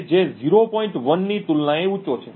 1 ની તુલનાએ ઊંચો છે